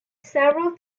several